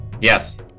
Yes